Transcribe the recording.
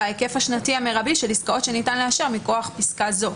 וההיקף השנתי המירבי של עסקאות שניתן לאשר מכוח פסקה זאת,